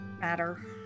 matter